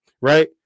right